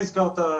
הזכרת,